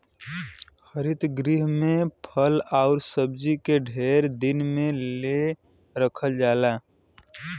हरित गृह में फल आउर सब्जी के ढेर दिन ले रखल जाला